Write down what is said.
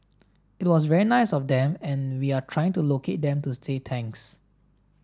it was very nice of them and we are trying to locate them to say thanks